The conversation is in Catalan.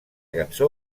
cançó